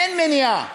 אין מניעה,